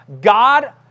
God